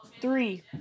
Three